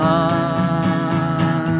on